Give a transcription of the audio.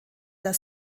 der